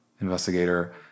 investigator